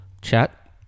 Chat